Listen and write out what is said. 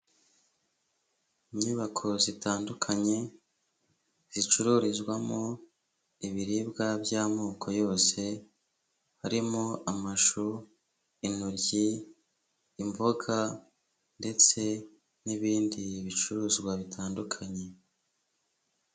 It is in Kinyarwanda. Inyubako zitandukanye zicururizwamo ibiribwa by'amoko yose harimo amashu, intoryi, imboga, ndetse n'ibindi bicuruzwa bitandukanye.